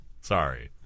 Sorry